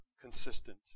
consistent